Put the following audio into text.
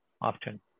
often